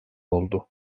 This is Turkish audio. oldu